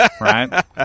Right